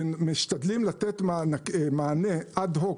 ומשתדלים לתת מענה אד-הוק,